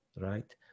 right